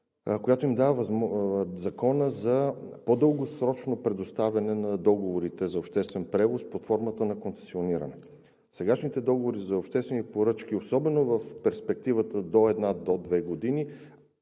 която им дава възможност по-дългосрочно предоставяне на договорите за обществен превоз под формата на концесиониране. Сегашните договори за обществени поръчки, особено в перспективата до една, до две години,